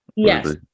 Yes